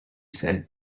said